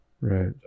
Right